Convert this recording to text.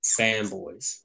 fanboys